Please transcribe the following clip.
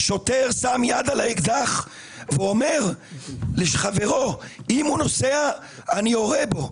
שוטר שם יד על אקדח ואמר לחברו: אם הוא נוסע אני יורה בו,